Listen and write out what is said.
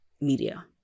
media